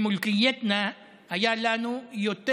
(אומר בערבית: ברכוש שלנו,) היו לנו יותר,